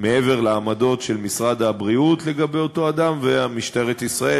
מעבר לעמדות של משרד הבריאות לגבי אותו אדם ושל משטרת ישראל,